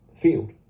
field